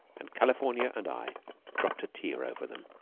and california and i dropped a tear over them,